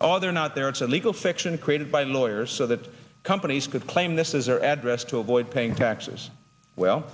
all they're not there it's a legal fiction created by lawyers so that companies could claim this is their address to avoid paying taxes well